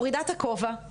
אני מורידה את הכובע,